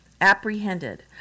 apprehended